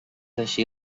així